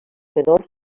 menors